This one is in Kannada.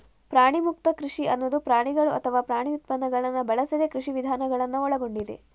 ಪ್ರಾಣಿಮುಕ್ತ ಕೃಷಿ ಅನ್ನುದು ಪ್ರಾಣಿಗಳು ಅಥವಾ ಪ್ರಾಣಿ ಉತ್ಪನ್ನಗಳನ್ನ ಬಳಸದ ಕೃಷಿ ವಿಧಾನಗಳನ್ನ ಒಳಗೊಂಡಿದೆ